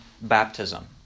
baptism